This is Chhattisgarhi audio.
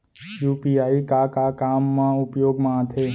यू.पी.आई का का काम मा उपयोग मा आथे?